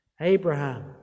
Abraham